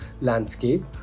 landscape